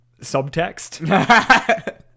Subtext